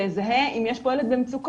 שיזהה אם יש פה ילד במצוקה,